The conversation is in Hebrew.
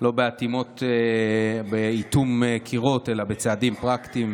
לא באיטום קירות אלא בצעדים פרקטיים,